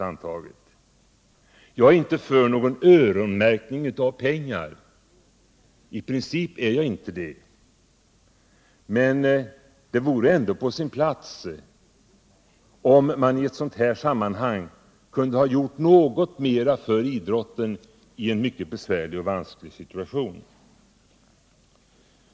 Jag är i princip inte för någon öronmärkning av pengar, men det hade varit på sin plats att man i det här sammanhanget gjort något mer för idrotten, som befinner sig i en mycket besvärlig och vansklig situation.